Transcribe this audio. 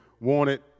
wanted